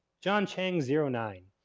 john chiang zero nine.